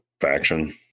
faction